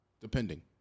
Depending